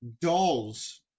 dolls